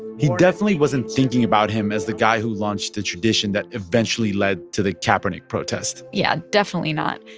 he definitely wasn't thinking about him as the guy who launched the tradition that eventually led to the kaepernick protest yeah, definitely not.